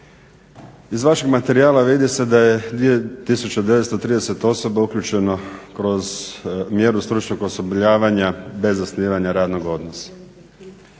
Iz vaših materijala vidi se da je 2 tisuće 930 osoba uključeno kroz mjeru stručnog osposobljavanja bez osnivanja radnog odnosa.